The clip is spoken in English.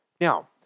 Now